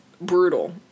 brutal